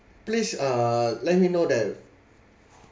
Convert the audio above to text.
please uh let him know that